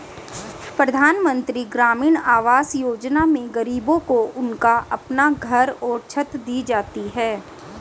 प्रधानमंत्री ग्रामीण आवास योजना में गरीबों को उनका अपना घर और छत दी जाती है